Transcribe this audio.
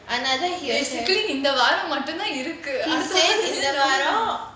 another இந்த வாரம் மட்டும் தான் இருக்கு:intha vaaram mattum thaan irukku he say அடுத்த வாரம்:adutha vaaram